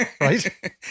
right